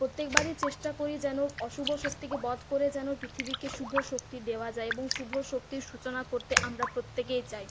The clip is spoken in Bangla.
প্রত্যেক বার চেস্টা করি যেন অশুভ শক্তিকে বধ করে যেন পৃথিবীকে শুভ শক্তি দেওয়া যায় এবং শুভ শক্তির সূচনা করতে আমরা প্রত্যেকেই চাই